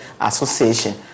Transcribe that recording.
association